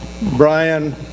Brian